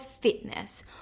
fitness